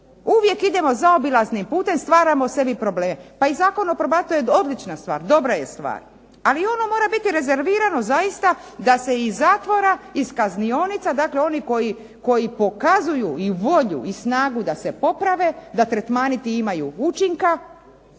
Uvijek idemo zaobilaznim putem, stvaramo sebi probleme. Pa i Zakon o probaciji je odlična stvar, dobra je stvar, ali ono mora biti rezervirano zaista da se iz zatvora, iz kaznionica, dakle oni koji pokazuju i volju i snagu da se poprave, da tretmani ti imaju učinka,